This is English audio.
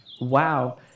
Wow